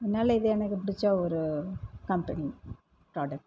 அதனால இது எனக்கு பிடிச்ச ஒரு கம்பெனி ப்ரோடக்ட்